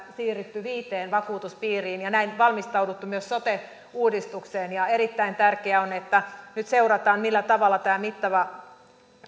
siirrytty viiteen vakuutuspiiriin ja näin valmistauduttu myös sote uudistukseen erittäin tärkeää on että nyt seurataan millä tavalla tämä mittava